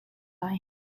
lai